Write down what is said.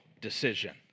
decision